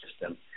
system